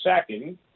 second